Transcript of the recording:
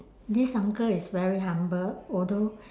this uncle is very humble although